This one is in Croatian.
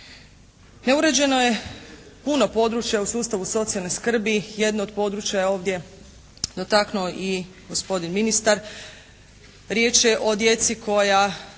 Neuređeno je puno područja u sustavu socijalne skrbi. Jedno od područja je ovdje dotaknuo i gospodin ministar.